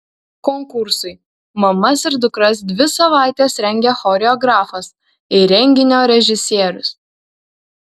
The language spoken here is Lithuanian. konkursui mamas ir dukras dvi savaites rengė choreografas ir renginio režisierius